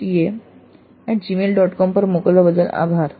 com પર મોકલવા બદલ આભાર